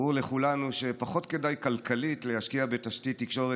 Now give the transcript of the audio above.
ברור לכולנו שפחות כדאי כלכלית להשקיע בתשתית תקשורת